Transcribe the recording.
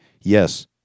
yes